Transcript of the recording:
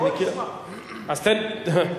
בוא נשמע, אז תן לו הזדמנות.